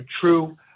true